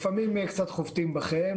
לפעמים קצת חובטים בכם,